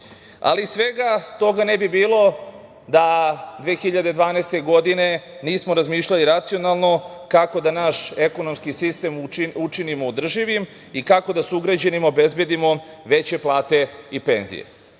svega toga ne bi bilo da 2012. godine nismo razmišljali racionalno kako da naš ekonomski sistem učinimo održivim i kako da sugrađanima obezbedimo veće plate i penzije.